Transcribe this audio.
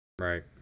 Right